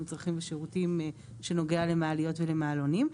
מצרכים ושירותים שנוגע למעליות ולמעלונים.